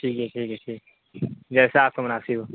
ٹھیک ہے ٹھیک ہے ٹھیک جیسے آپ کو مناسب ہو